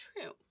true